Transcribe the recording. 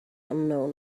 unknown